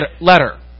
letter